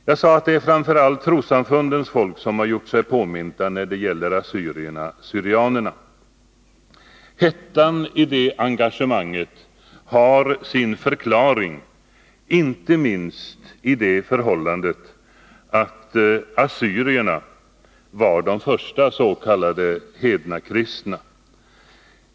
Jag sade att det framför allt är trossamfundens folk som har gjort sig påminta när det gäller assyrierna/syrianerna. Hettan i det engagemanget har sin förklaring inte minst i det förhållandet att assyrierna var de första s.k. hednakristna.